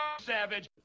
Savage